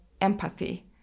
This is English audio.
empathy